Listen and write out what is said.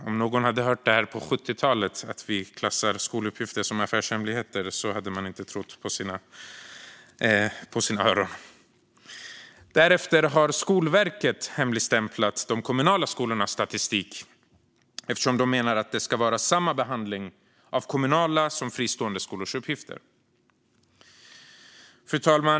Om någon hade hört det här på 70-talet - att vi klassar skoluppgifter som affärshemligheter - hade man inte trott sina öron. Därefter har Skolverket hemligstämplat de kommunala skolornas statistik eftersom man menar att det ska vara samma behandling av kommunala och fristående skolors uppgifter. Fru talman!